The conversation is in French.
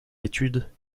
études